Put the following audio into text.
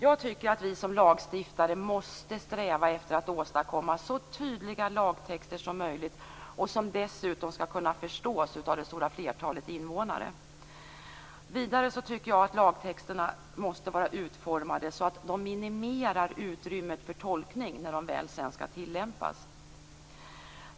Jag tycker att vi som lagstiftare måste sträva efter att åstadkomma så tydliga lagtexter som möjligt, som dessutom skall kunna förstås av det stora flertalet invånare. Vidare tycker jag att lagtexterna måste vara utformade så att de minimerar utrymmet för tolkning när de sedan väl skall tillämpas.